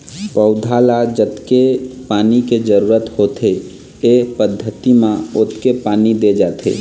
पउधा ल जतके पानी के जरूरत होथे ए पद्यति म ओतके पानी दे जाथे